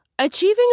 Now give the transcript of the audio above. Achieving